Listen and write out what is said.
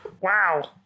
Wow